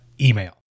email